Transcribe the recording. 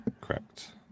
Correct